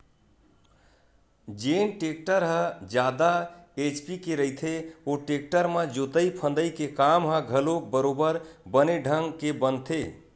जेन टेक्टर ह जादा एच.पी के रहिथे ओ टेक्टर म जोतई फंदई के काम ह घलोक बरोबर बने ढंग के बनथे